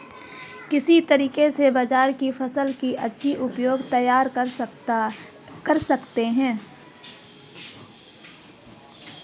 किस तरीके से बाजरे की फसल की अच्छी उपज तैयार कर सकते हैं?